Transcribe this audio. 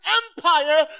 empire